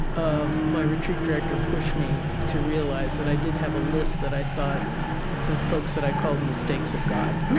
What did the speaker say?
ah my retreat director pushed me to realize that i did have a list that i thought of folks that i called mistakes of god